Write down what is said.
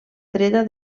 dreta